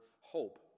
hope